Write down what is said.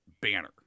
Banner